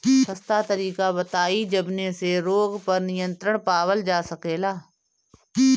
सस्ता तरीका बताई जवने से रोग पर नियंत्रण पावल जा सकेला?